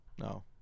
No